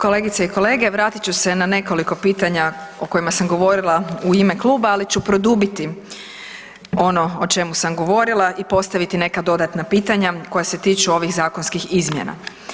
Kolegice i kolege vratit ću se na nekoliko pitanja o kojima sam govorila u ime kluba, ali ću produbiti ono o čemu sam govorila i postaviti neka dodatna pitanja koja se tiču ovih zakonskih izmjena.